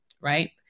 right